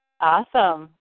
Awesome